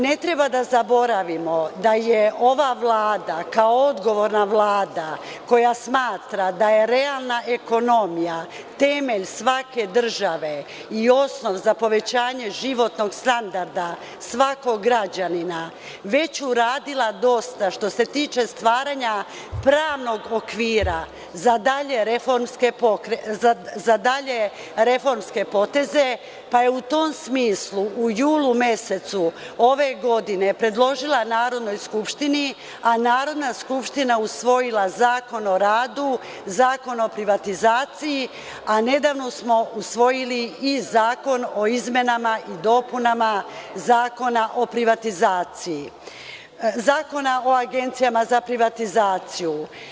Ne treba da zaboravimo da je ova Vlada, kao odgovorna Vlada koja smatra da je realna ekonomija temelj svake države i osnov za povećanje životnog standarda svakog građanina, već uradila dosta što se tiče stvaranja pravnog okvira za dalje reformske poteze, pa je u tom smislu u julu mesecu ove godine predložila Narodnoj skupštini, a Narodna skupština usvojila Zakon o radu, Zakon o privatizaciji, a nedavno smo usvojili i Zakon o izmenama i dopunama Zakona o agencijama za privatizaciju.